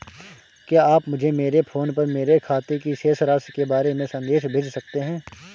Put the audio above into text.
क्या आप मुझे मेरे फ़ोन पर मेरे खाते की शेष राशि के बारे में संदेश भेज सकते हैं?